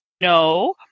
no